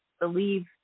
believe